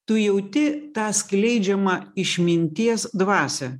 tu jauti tą skleidžiamą išminties dvasią